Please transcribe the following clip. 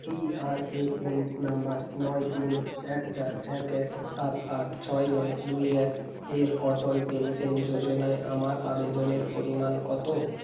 P R A N number নয় তিন এক চার এক এক সাত আট ছয় নয় দুই এক এর অটল পেনশন যোজনায় আমার আবেদনের পরিমাণ কত